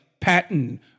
Patton